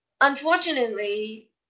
Unfortunately